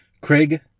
Craig